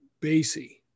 basie